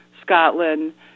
Scotland